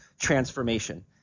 transformation